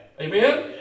Amen